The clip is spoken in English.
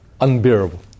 unbearable